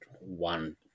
one